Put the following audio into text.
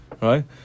right